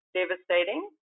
devastating